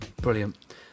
brilliant